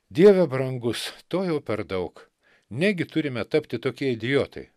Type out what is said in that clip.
dieve brangus to jau per daug negi turime tapti tokie idiotai